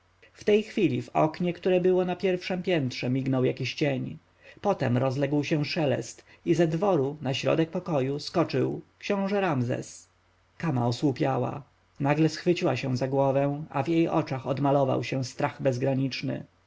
w tej chwili w oknie które było na pierwszem piętrze mignął jakiś cień potem rozległ się szelest i ze dworu na środek pokoju skoczył książę ramzes kama osłupiała nagle schwyciła się za głowę a w jej oczach odmalował się strach bezgraniczny